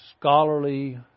scholarly